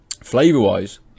Flavor-wise